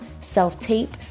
self-tape